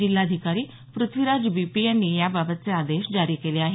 जिल्हाधिकारी प्रथ्वीराज बीपी यांनी याबाबतचे आदेश जारी केले आहेत